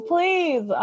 Please